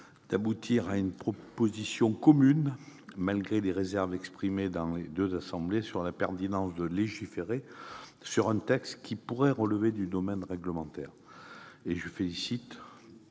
d'aboutir à une position commune, malgré les réserves exprimées dans les deux assemblées quant à la pertinence de légiférer sur un texte dont les dispositions pourraient relever du domaine réglementaire. Je félicite